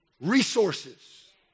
resources